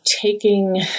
taking